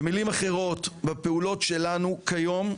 במילים אחרות, בפעולות שלנו כיום,